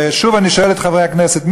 ושוב אני שואל את חברי הכנסת,